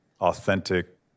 authentic